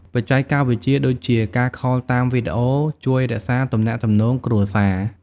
បច្ចេកវិទ្យាដូចជា ការខលតាមវីដេអូ ជួយរក្សាទំនាក់ទំនងគ្រួសារ។